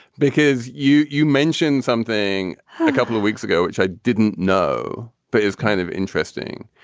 because you you mentioned something a couple of weeks ago, which i didn't know, but it's kind of interesting,